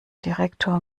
direktor